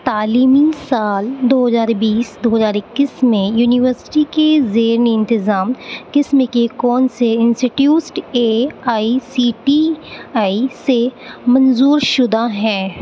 تعلیمی سال دو ہزار بیس دو ہزار اکیس میں یونیورسٹی کے زیر انتظام قسم کے کون سے institutes A I C T E سے منظور شدہ ہیں